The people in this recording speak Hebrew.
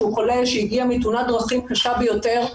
שהוא חולה שהגיע מתאונת דרכים קשה ביותר.